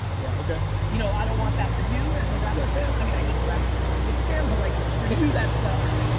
yeah okay. you know, i don't want that for you as a raptors fan. i mean, i hate the raptors cause i'm a knicks fan but like, for you that sucks.